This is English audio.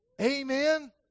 Amen